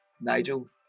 Nigel